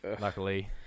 Luckily